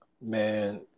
man